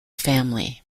family